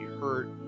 hurt